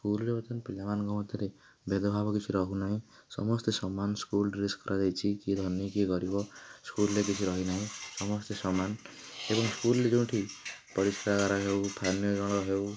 ସ୍କୁଲ୍ରେ ବର୍ତ୍ତମାନ ପିଲାମାନଙ୍କ ମଧ୍ୟରେ ଭେଦଭାବ କିଛି ରହୁନାହିଁ ସମସ୍ତେ ସମାନ ସ୍କୁଲ୍ ଡ୍ରେସ୍ କରାଯାଇଛି କିଏ ଧନୀ କିଏ ଗରିବ ସ୍କୁଲ୍ରେ କିଛି ରହିନାହିଁ ସମସ୍ତେ ସମାନ ଏବଂ ସ୍କୁଲ୍ରେ ଯୋଉଁଠି ପରିସ୍ରାଗାର ହେଉ ପାନୀୟ ଜଳ ହେଉ